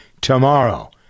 tomorrow